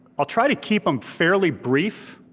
i'll try to keep them fairly brief